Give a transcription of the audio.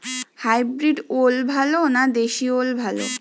Hybrid ওল ভালো না দেশী ওল ভাল?